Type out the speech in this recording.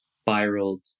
spiraled